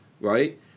right